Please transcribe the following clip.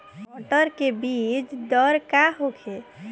मटर के बीज दर का होखे?